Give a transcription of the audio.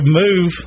move